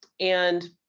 and,